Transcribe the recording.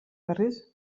berriz